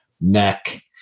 neck